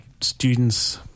students